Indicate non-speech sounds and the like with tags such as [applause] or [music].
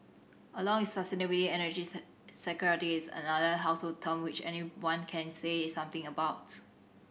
along with sustainability energy [unintelligible] security is another household term which anyone can say something about